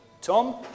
Tom